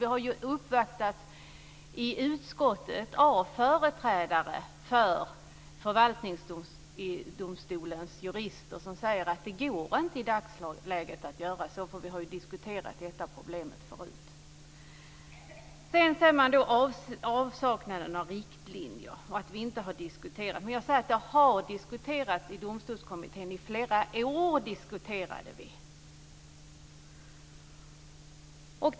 Vi har ju uppvaktats i utskottet av företrädare för förvaltningsdomstolens jurister som säger att det inte går att göra så i dagsläget. Vi har diskuterat det här problemet förut. Sedan säger man att det finns en avsaknad av riktlinjer och att vi inte har diskuterat detta. Men jag säger att det har diskuterats i Domstolskommittén. Vi diskuterade i flera år.